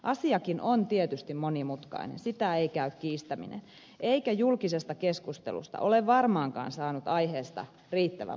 asiakin on tietysti monimutkainen sitä ei käy kiistäminen eikä julkisesta keskustelusta ole varmaankaan saanut aiheesta riittävän monipuolista kuvaa